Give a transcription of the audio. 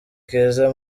keza